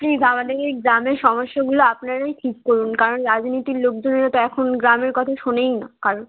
please আমাদের এই গ্রামের সমস্যাগুলো আপনারাই ঠিক করুন কারণ রাজনীতির লোকজনেরা তো এখন গ্রামের কতা শোনেই না কারোর